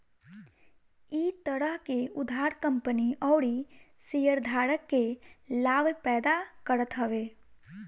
इ तरह के उधार कंपनी अउरी शेयरधारक के लाभ पैदा करत हवे